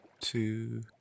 two